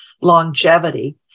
longevity